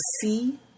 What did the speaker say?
see